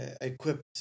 equipped